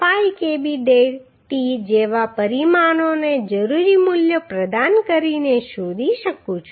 5 kb dt જેવા પરિમાણોના જરૂરી મૂલ્યો પ્રદાન કરીને શોધી શકું છું